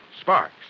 sparks